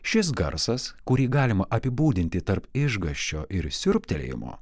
šis garsas kurį galima apibūdinti tarp išgąsčio ir siurbtelėjimo